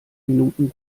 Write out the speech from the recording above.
minuten